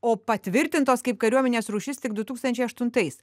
o patvirtintos kaip kariuomenės rūšis tik du tūkstančiai aštuntais